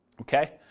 Okay